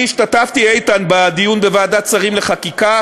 אני השתתפתי, איתן, בדיון בוועדת שרים לחקיקה,